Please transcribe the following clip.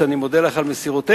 ואני מודה לך על מסירותך,